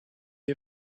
you